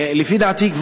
לפי דעתי,